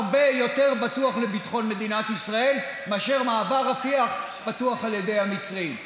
הרבה יותר בטוח לביטחון מדינת ישראל מאשר מעבר רפיח פתוח על ידי המצרים.